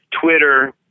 Twitter